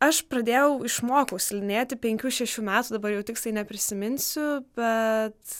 aš pradėjau išmokau slidinėti penkių šešių metų dabar jau tiksliai neprisiminsiu bet